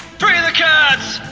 free the cats!